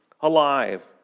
alive